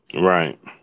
Right